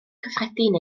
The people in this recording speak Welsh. cyffredin